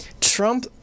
Trump